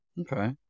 okay